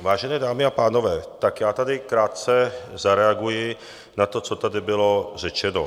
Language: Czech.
Vážené dámy a pánové, tak já tady krátce zareaguji na to, co tady bylo řečeno.